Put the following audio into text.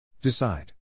Decide